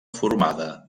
formada